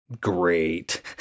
great